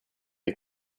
est